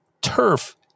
Turf